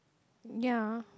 ya